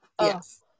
yes